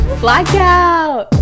blackout